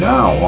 Now